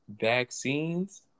vaccines